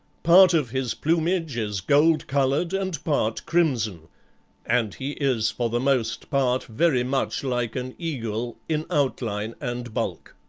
part of his plumage is gold-colored, and part crimson and he is for the most part very much like an eagle in outline and bulk.